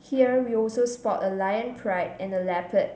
here we also spot a lion pride and a leopard